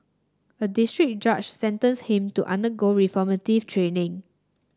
a district judge sentenced him to undergo reformative training